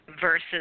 versus